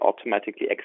automatically